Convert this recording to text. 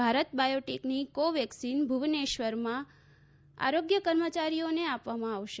ભારત બાયોટેકની Covaxin ભૂવનેશ્વરમાં આરોગ્ય કર્મચારીઓને આપવામાં આવશે